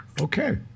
Okay